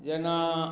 जेना